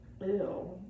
Ew